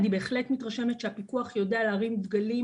אני בהחלט מתרשמת שהפיקוח יודע להרים דגלים